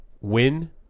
win